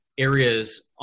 areas